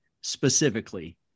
specifically